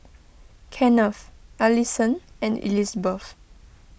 Kenneth Alison and Elizbeth